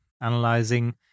analyzing